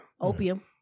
Opium